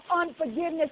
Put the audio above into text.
unforgiveness